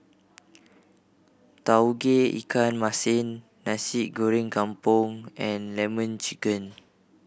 Tauge Ikan Masin Nasi Goreng Kampung and Lemon Chicken